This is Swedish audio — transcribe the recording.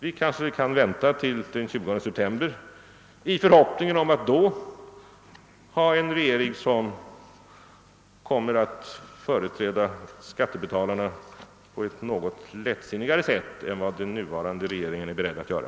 Vi kanske kan vänta till den 20 september i förhoppning att då ha en regering som kommer att företräda skattebetalarna på ett något lättsinnigare sätt än den nuvarande regeringen är beredd att göra.